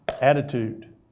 Attitude